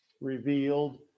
revealed